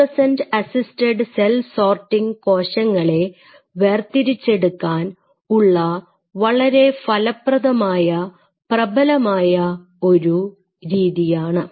fluorescent assisted cell sorting കോശങ്ങളെ വേർതിരിച്ചെടുക്കാൻ ഉള്ള വളരെ ഫലപ്രദമായ പ്രബലമായ ഒരു രീതിയാണ്